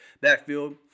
backfield